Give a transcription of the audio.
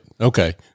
Okay